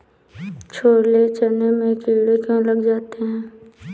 छोले चने में कीड़े क्यो लग जाते हैं?